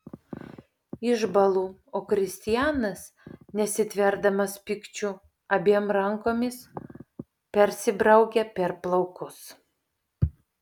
išbąlu o kristianas nesitverdamas pykčiu abiem rankomis persibraukia per plaukus